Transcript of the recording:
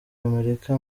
amerika